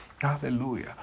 Hallelujah